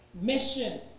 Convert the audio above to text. Mission